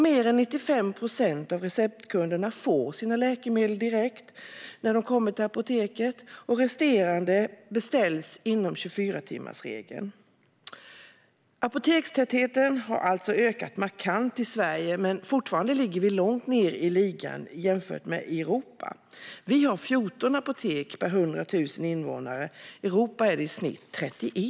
Mer än 95 procent av receptkunderna får sina läkemedel direkt när de kommer till apoteket. Resterande läkemedel beställs i enlighet med 24-timmarsregeln. Apotekstätheten har alltså ökat markant i Sverige, men fortfarande ligger vi långt nere i ligan jämfört med övriga Europa. Vi har 14 apotek per 100 000 invånare - i Europa är det i snitt 31.